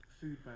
food